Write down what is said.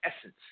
essence